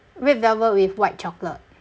red velvet with white chocolate